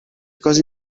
cosa